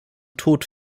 tod